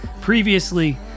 previously